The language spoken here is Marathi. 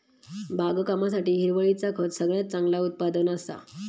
बागकामासाठी हिरवळीचा खत सगळ्यात चांगला उत्पादन असा